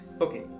okay